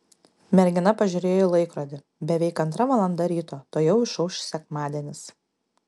mergina pažiūrėjo į laikrodį beveik antra valanda ryto tuojau išauš sekmadienis